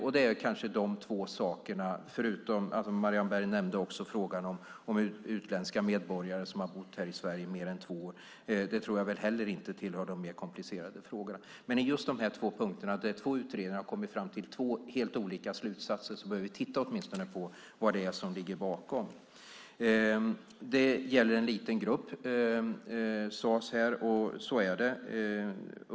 Marianne Berg nämnde också frågan om utländska medborgare som har bott i Sverige i mer än två år. Det tror jag heller inte tillhör de mer komplicerade frågorna. Men när det gäller just de två punkter där två utredningar har kommit till helt olika slutsatser bör vi åtminstone titta på vad det är som ligger bakom. Detta gäller en liten grupp, sades det här. Så är det.